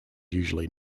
usually